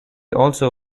also